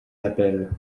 d’appel